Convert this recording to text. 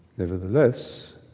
Nevertheless